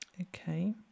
Okay